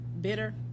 bitter